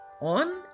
On